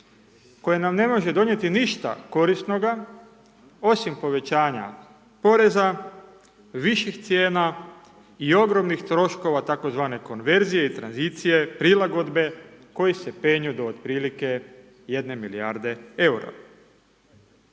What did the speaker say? koje nam ne može donijeti ništa korisnoga, osim povećanja poreza, viših cijena i ogromnih troškova takozvane konverzije i tranzicije, prilagodbe koji se penju do otprilike 1 milijarde EUR-a.